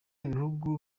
ibihugu